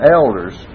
elders